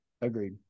agreed